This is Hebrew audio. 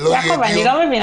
מי נגד?